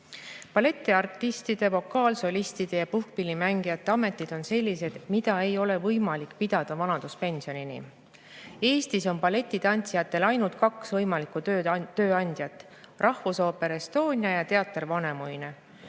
Balletiartistide, vokaalsolistide ja puhkpillimängijate ametid on sellised, mida ei ole võimalik pidada vanaduspensionini. Eestis on balletitantsijatel ainult kaks võimalikku tööandjat: Rahvusooper Estonia ja Teater Vanemuine.